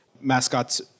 mascots